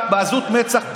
בעזות מצח,